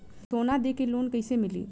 सोना दे के लोन कैसे मिली?